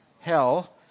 hell